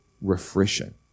refreshing